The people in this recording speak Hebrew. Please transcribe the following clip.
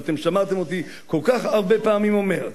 ואתם שמעתם אותי כל כך הרבה פעמים אומר,